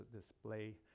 display